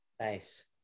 Nice